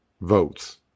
votes